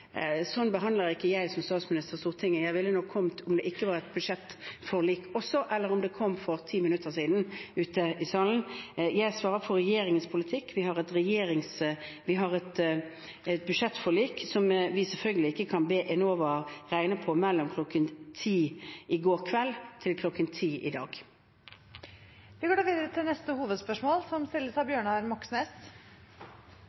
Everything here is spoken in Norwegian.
sånn behandler ikke jeg som statsminister Stortinget. Jeg ville nok kommet til salen om det ikke var et budsjettforlik også, eller om det kom for 10 minutter siden. Jeg svarer for regjeringens politikk. Vi har et budsjettforlik som vi selvfølgelig ikke kan be Enova regne på mellom kl. 22 i går kveld til kl. 10 i dag. Vi går videre til neste hovedspørsmål.